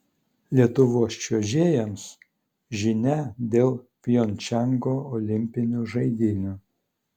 lietuvos čiuožėjams žinia dėl pjongčango olimpinių žaidynių